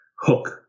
hook